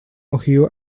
ohio